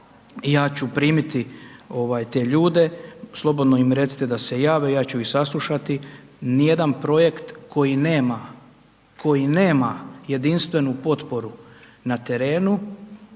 ja ću primiti te ljude, slobodno im recite da se jave. Ja ću ih saslušati. Nijedan projekt koji nema jedinstvenu potporu na terenu